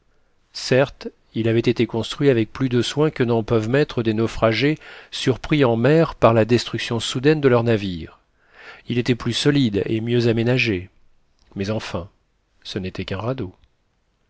certes il avait été construit avec plus de soin que n'en peuvent mettre des naufragés surpris en mer par la destruction soudaine de leur navire il était plus solide et mieux aménagé mais enfin ce n'était qu'un radeau